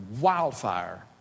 wildfire